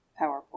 PowerPoint